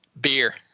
Beer